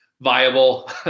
viable